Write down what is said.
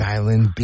Island